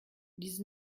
dix